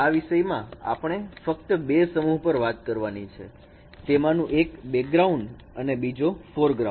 આ વિષયમાં આપણે ફક્ત બે સમૂહ પર વાત કરવાની છે તેમાંનું એક બેગ્રાઉન્ડ અને બીજો ફોરગ્રાઉન્ડ